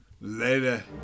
Later